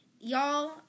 Y'all